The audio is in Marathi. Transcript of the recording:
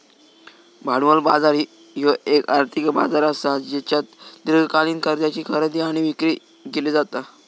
भांडवल बाजार ह्यो येक आर्थिक बाजार असा ज्येच्यात दीर्घकालीन कर्जाची खरेदी आणि विक्री केली जाता